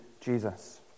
Jesus